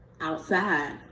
outside